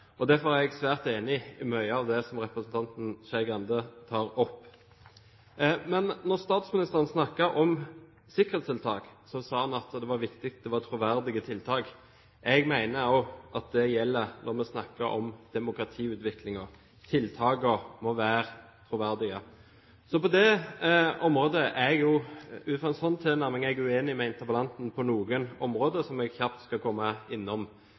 Derfor er jeg svært enig i mye av det som representanten Skei Grande tar opp. Da statsministeren snakket om sikkerhetstiltak, sa han at det var viktig at det var troverdige tiltak. Jeg mener også at det gjelder når vi snakker om demokratiutviklingen – tiltakene må være troverdige. Ut fra en sånn tilnærming er jeg uenig med interpellanten på noen områder som jeg kjapt skal komme innom.